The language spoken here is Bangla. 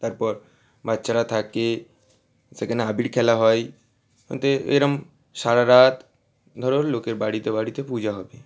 তারপর বাচ্চারা থাকে সেখানে আবির খেলা হয় ওতে এরম সারা রাত ধরো লোকের বাড়িতে বাড়িতে পূজা হবে